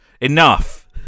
Enough